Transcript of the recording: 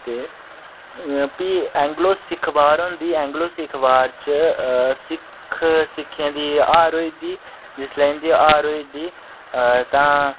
ते भी Anglo Sikh war होंदी एंग्लो सिक्ख वॉर च सिक्ख सिक्खें दी हार होई दी जिसलै इं'दी हार होई दी अ तां